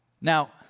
Now